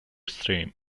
stream